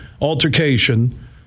altercation